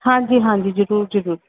ਹਾਂਜੀ ਹਾਂਜੀ ਜ਼ਰੂਰ ਜ਼ਰੂਰ